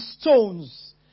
stones